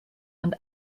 und